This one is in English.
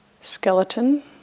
skeleton